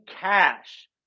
cash